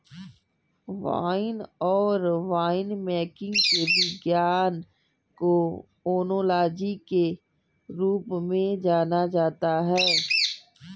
wine और winemaking के विज्ञान को ओनोलॉजी के रूप में जाना जाता है